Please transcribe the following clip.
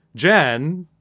jen?